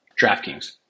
DraftKings